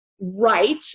right